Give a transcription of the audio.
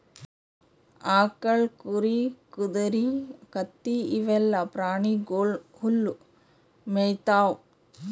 ಆಕಳ್, ಕುರಿ, ಕುದರಿ, ಕತ್ತಿ ಇವೆಲ್ಲಾ ಪ್ರಾಣಿಗೊಳ್ ಹುಲ್ಲ್ ಮೇಯ್ತಾವ್